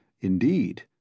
Indeed